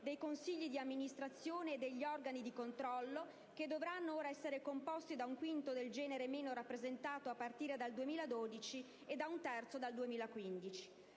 dei consigli di amministrazione e degli organi di controllo che dovranno ora essere composti da un quinto del genere meno rappresentato a partire dal 2012 e da un terzo a